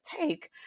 take